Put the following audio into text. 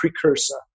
precursor